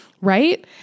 Right